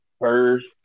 first